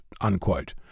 unquote